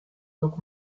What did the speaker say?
took